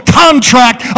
contract